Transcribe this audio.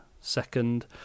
second